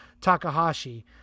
Takahashi